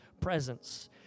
presence